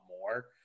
more